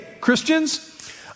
Christians